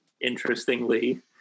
Interestingly